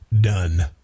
Done